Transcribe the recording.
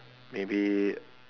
maybe